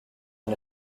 and